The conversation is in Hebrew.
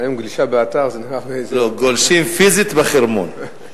היום גלישה באתר זה, לא, גולשים פיזית בחרמון.